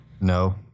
no